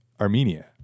Armenia